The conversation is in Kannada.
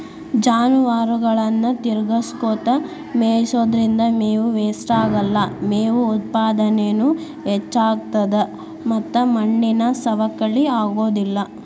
ಜಾನುವಾರುಗಳನ್ನ ತಿರಗಸ್ಕೊತ ಮೇಯಿಸೋದ್ರಿಂದ ಮೇವು ವೇಷ್ಟಾಗಲ್ಲ, ಮೇವು ಉತ್ಪಾದನೇನು ಹೆಚ್ಚಾಗ್ತತದ ಮತ್ತ ಮಣ್ಣಿನ ಸವಕಳಿ ಆಗೋದಿಲ್ಲ